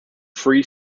free